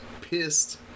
pissed